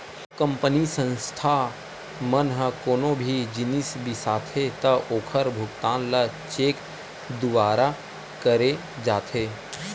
company, संस्था मन ह कोनो भी जिनिस बिसाथे त ओखर भुगतान ल चेक दुवारा करे जाथे